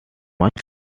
much